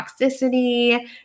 toxicity